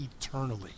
eternally